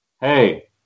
Hey